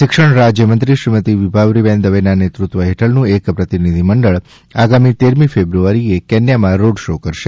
શિક્ષણ રાજ્યમંત્રી શ્રીમતી વિભાવરીબેન દવે ના નેતૃત્વ હેઠળનું એક પ્રતિનિધિમંડળ આગામી તેરમી ફેબ્રુઆરીએ કેન્યામાં રોડ શો કરશે